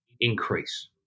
increase